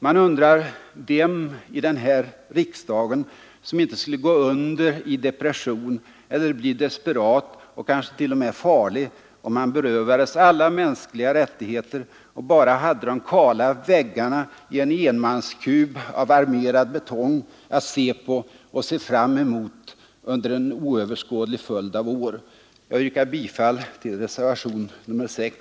Man undrar vem i den här riksdagen som inte skulle gå under i depression eller bli desperat och kanske t.o.m. farlig, om han berövades alla mänskliga rättigheter och bara hade de kala väggarna i en enmanskub av armerad betong att se på och se fram emot under en oöverskådlig följd av år. Herr talman! Jag yrkar bifall till reservationen 6.